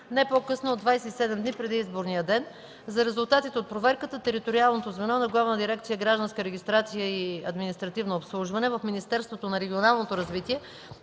не по-късно от 27 дни преди изборния ден. (3) За резултата от проверката териториалното звено на Главна дирекция „Гражданска регистрация и административно обслужване” в Министерството на регионалното развитие